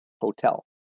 hotel